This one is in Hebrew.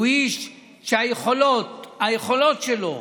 הוא איש שהיכולות שלו,